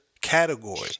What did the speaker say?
category